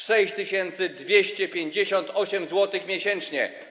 6258 zł miesięcznie.